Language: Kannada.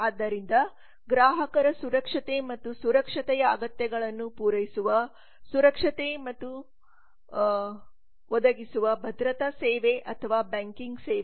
ಆದ್ದರಿಂದ ಗ್ರಾಹಕರ ಸುರಕ್ಷತೆ ಮತ್ತು ಸುರಕ್ಷತೆಯ ಅಗತ್ಯಗಳನ್ನು ಪೂರೈಸುವ ಸುರಕ್ಷತೆ ಮತ್ತು ಸುರಕ್ಷತೆಯ ಅಗತ್ಯಗಳನ್ನು ಒದಗಿಸುವ ಭದ್ರತಾ ಸೇವೆ ಅಥವಾ ಬ್ಯಾಂಕಿಂಗ್ ಸೇವೆ